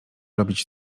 robić